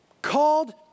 called